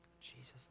Jesus